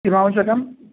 किमावश्यकम्